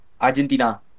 Argentina